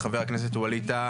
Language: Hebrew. ווליד טאהא,